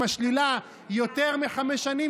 אם השלילה יותר מחמש שנים,